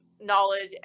knowledge